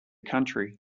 country